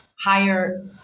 higher